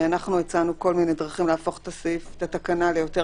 אנחנו הצענו כל מיני דרכים להפוך את התקנה ליותר